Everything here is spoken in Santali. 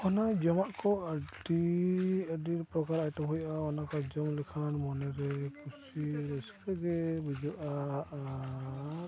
ᱚᱱᱟ ᱡᱚᱢᱟᱜ ᱠᱚ ᱟᱹᱰᱤᱼᱟᱹᱰᱤ ᱯᱨᱚᱠᱟᱨᱟᱜ ᱦᱩᱭᱩᱜᱼᱟ ᱚᱱᱟ ᱠᱚ ᱡᱚᱢ ᱞᱮᱠᱷᱟᱱ ᱢᱚᱱᱮᱨᱮ ᱠᱩᱥᱤ ᱨᱟᱹᱥᱠᱟᱹ ᱜᱮ ᱵᱩᱡᱷᱟᱹᱜᱼᱟ ᱟᱨ